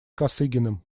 косыгиным